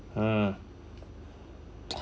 hmm